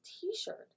t-shirt